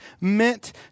meant